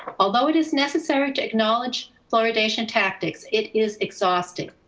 although it is necessary to acknowledge fluoridation tactics, it is exhausting.